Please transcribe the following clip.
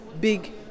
big